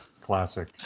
classic